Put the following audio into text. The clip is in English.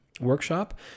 Workshop